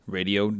Radio